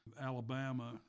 Alabama